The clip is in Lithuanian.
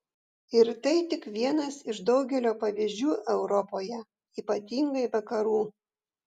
ir tai tik vienas iš daugelio pavyzdžių europoje ypatingai vakarų